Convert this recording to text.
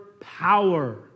power